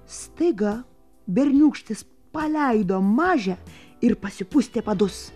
staiga berniūkštis paleido mažę ir pasipustė padus